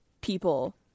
people